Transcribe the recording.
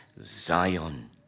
Zion